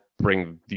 bring